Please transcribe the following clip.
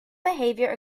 behaviour